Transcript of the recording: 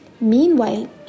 Meanwhile